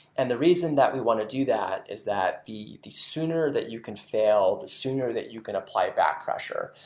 and the reason that we want to do that is that the the sooner that you can fail, the sooner that you can apply back pressure.